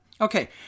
Okay